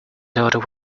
daughter